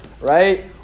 right